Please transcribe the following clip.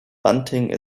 bunting